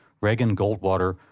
Reagan-Goldwater